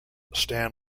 stan